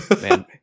Man